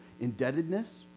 indebtedness